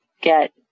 get